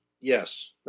Yes